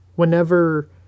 Whenever